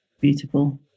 beautiful